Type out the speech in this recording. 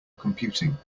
computing